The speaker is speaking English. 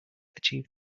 achieve